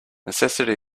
necessity